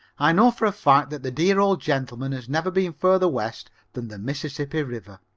i know for a fact that the dear old gentleman has never been further west than the mississippi river.